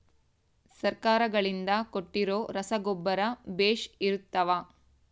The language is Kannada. ಸರ್ಕಾರಗಳಿಂದ ಕೊಟ್ಟಿರೊ ರಸಗೊಬ್ಬರ ಬೇಷ್ ಇರುತ್ತವಾ?